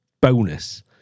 bonus